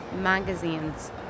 magazines